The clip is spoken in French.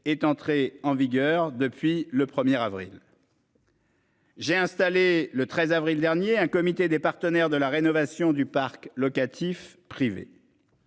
est entré en vigueur depuis le premier avril. J'ai installé le 13 avril dernier, un comité des partenaires de la rénovation du parc locatif privé.